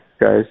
guys